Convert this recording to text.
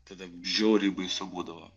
tada žiauriai baisu būdavo